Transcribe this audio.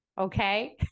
okay